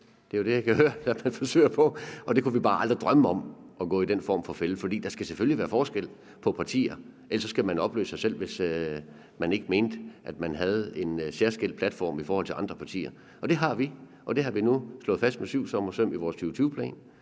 det er jo det, jeg kan høre at man forsøger på. Men vi kunne bare aldrig drømme om at gå i den form for fælde, for der skal selvfølgelig være forskel på partier. Ellers skulle man som parti opløse sig selv, altså hvis man ikke mente, at man havde en særskilt platform i forhold til andre partier. Men det har vi, og det har vi nu slået fast med syvtommersøm i vores 2020-plan,